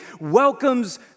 welcomes